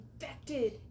infected